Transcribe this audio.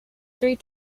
three